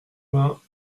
vingts